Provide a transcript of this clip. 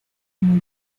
como